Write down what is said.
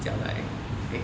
交代 eh